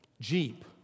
Jeep